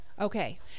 Okay